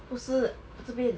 不是这边